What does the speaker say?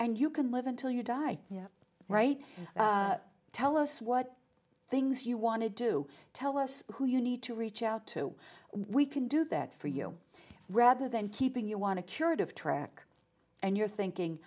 and you can live until you die yeah right tell us what things you want to do tell us who you need to reach out to we can do that for you rather than keeping you want to curative track and you're thinking